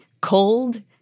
cold